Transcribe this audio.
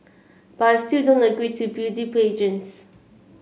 but I still don't agree to beauty pageants